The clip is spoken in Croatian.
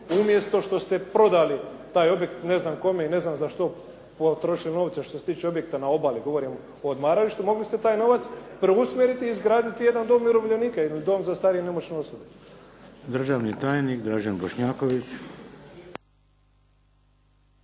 umjesto što ste prodali taj objekt ne znam kome i ne znam za što, potrošili što se tiče objekata na obali, govorim o odmaralištu. Mogli ste taj novac preusmjeriti i izgraditi jedan dom umirovljenika ili dom za starije i nemoćne osobe.